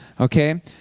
okay